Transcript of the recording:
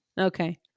Okay